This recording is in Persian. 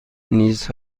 نیز